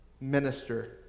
minister